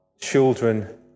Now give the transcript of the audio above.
children